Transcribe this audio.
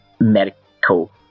medical